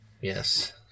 Yes